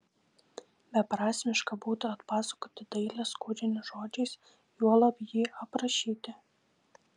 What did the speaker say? beprasmiška būtų atpasakoti dailės kūrinį žodžiais juolab jį aprašyti